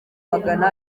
magana